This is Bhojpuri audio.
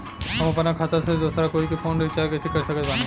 हम अपना खाता से दोसरा कोई के फोन रीचार्ज कइसे कर सकत बानी?